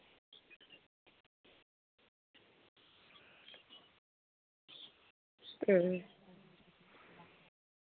ᱦᱩᱸ